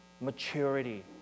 maturity